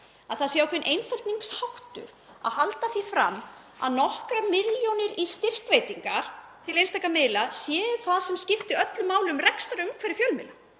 að það sé ákveðin einfeldningsháttur að halda því fram að nokkrar milljónir í styrkveitingar til einstakra miðla séu það sem skipti öllu máli um rekstrarumhverfi fjölmiðla.